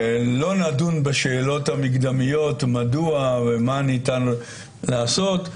שלא נדון בשאלות המקדמיות מדוע ומה ניתן לעשות,